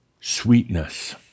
sweetness